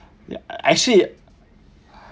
ya actually